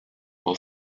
all